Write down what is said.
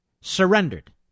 surrendered